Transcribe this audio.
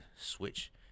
switch